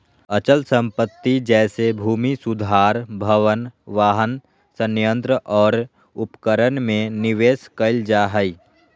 अचल संपत्ति जैसे भूमि सुधार भवन, वाहन, संयंत्र और उपकरण में निवेश कइल जा हइ